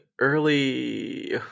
early